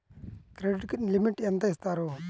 Credit limit ఎంత ఇస్తారు?